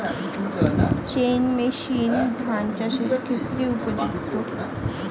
Chain machine ধান চাষের ক্ষেত্রে উপযুক্ত?